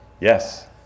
Yes